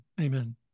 Amen